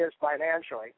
financially